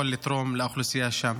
זה חשוב מאוד, זה יכול לתרום לאוכלוסייה שם.